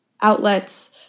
outlets